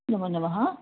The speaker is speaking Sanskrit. नमोनमः